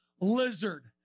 lizard